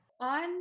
On